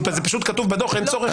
זה פשוט כתוב בדוח, אין צורך.